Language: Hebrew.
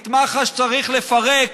את מח"ש צריך לפרק.